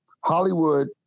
Hollywood